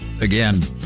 Again